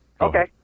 Okay